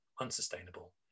unsustainable